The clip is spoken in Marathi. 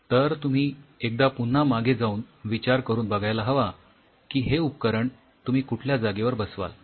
तर तुम्ही एकदा पुन्हा मागे जाऊन विचार करून बघायला हवा की हे उपकरण तुम्ही कुठल्या जागेवर बसवाल